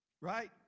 right